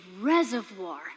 reservoir